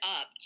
up